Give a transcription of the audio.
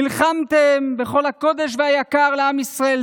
נלחמתם בכל הקדוש והיקר לעם ישראל,